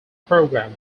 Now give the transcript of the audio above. program